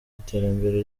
iterambere